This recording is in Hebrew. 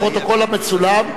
בפרוטוקול המצולם,